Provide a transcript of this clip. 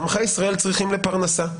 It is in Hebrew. עמך ישראל צריכים לפרנסה.